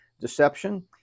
deception